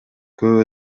көп